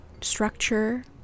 structure